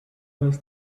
was